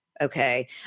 Okay